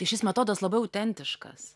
tai šis metodas labai autentiškas